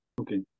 okay